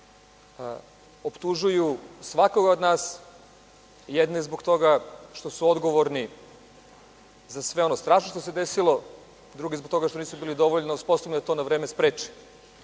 Optužuju svakog od nas. Jedni zbog toga što su odgovorni za sve ono strašno što se desilo. Drugi zbog toga što nisu bili sposobni da to na vreme spreče. Želim